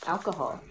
Alcohol